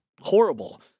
horrible